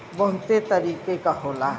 बहुते तरीके के होला